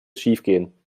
schiefgehen